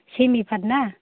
सेमि फातना